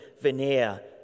veneer